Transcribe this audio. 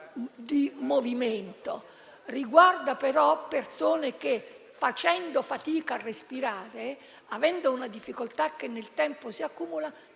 di movimento; investe, però, persone che, facendo fatica a respirare, avendo una difficoltà che nel tempo si accumula,